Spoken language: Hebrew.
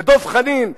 ודב חנין,